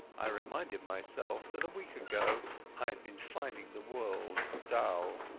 i reminded myself that a week ago i had been finding the world dull.